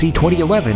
2011